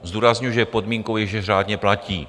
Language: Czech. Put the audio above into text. Zdůrazňuji, že podmínkou je, že řádně platí.